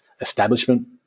establishment